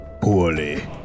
poorly